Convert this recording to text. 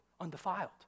undefiled